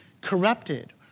corrupted